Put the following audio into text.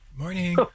Morning